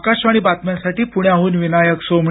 आकाशवाणी बातम्यांसाठी पुण्याहून विनायक सोमणी